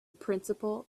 principle